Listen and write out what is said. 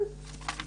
כן.